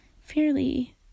fairly